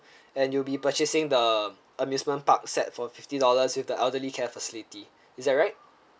and you'll be purchasing the amusement park set for fifty dollars with the elderly care facility is that right